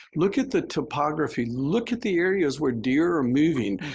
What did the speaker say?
look at the topography, look at the areas where deer are moving,